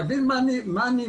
יבין מה אני מעביר.